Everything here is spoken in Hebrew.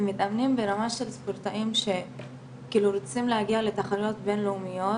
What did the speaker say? הם מתאמנים ברמה של ספורטאים שרוצים להגיע לרמה של תחרויות בינלאומיות